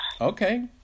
Okay